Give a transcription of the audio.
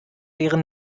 deren